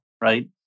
right